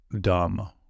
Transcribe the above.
dumb